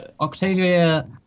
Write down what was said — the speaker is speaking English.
Octavia